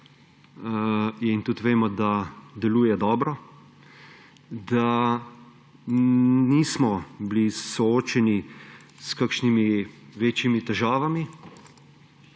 in tudi vemo, da deluje dobro, da nismo bili soočeni s kakšnimi večjimi težavami,